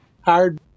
hired